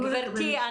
גברתי,